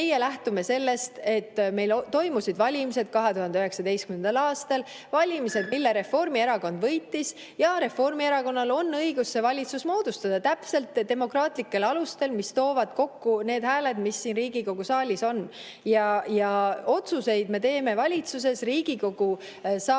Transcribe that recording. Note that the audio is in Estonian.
Meie lähtume sellest, et meil toimusid 2019. aastal valimised, mille Reformierakond võitis. Reformierakonnal on õigus valitsus moodustada, täpselt demokraatlikel alustel, mis toovad kokku hääled, mis siin Riigikogu saalis on. Me teeme valitsuses otsuseid,